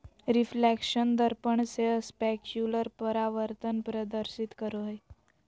reflection दर्पण से specular परावर्तन प्रदर्शित करो हइ